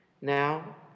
Now